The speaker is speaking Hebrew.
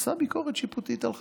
עשה ביקורת שיפוטית על חקיקה.